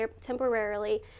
temporarily